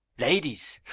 ladies!